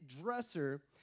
dresser